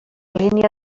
línia